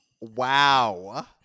Wow